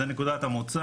זאת נקודת המוצא,